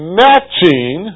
matching